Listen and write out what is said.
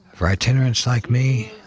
for itinerants like me,